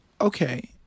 okay